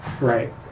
Right